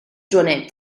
joanet